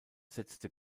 setzte